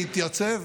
להתייצב